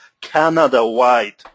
Canada-wide